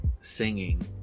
singing